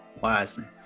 Wiseman